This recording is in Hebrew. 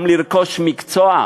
גם לרכוש מקצוע,